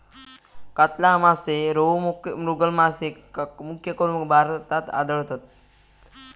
कातला मासे, रोहू, मृगल मासे मुख्यकरून भारतात आढळतत